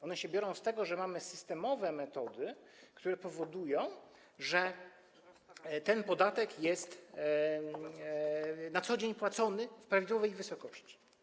One się biorą z tego, że mamy systemowe metody, które powodują, że ten podatek jest na co dzień płacony w prawidłowej wysokości.